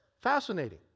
Fascinating